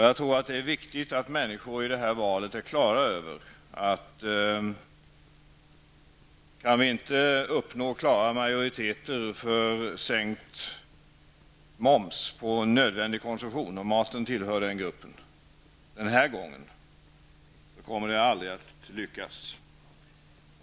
Jag tror att det är viktigt att människor inför valet har klart för sig att om vi inte kan uppnå klara majoriteter för sänkt moms på nödvändig konsumtion -- maten tillhör den gruppen -- den här gången, kommer det aldrig att lyckas.